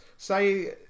Say